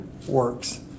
Works